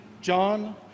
John